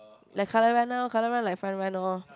like colour run now colour run like fun run lor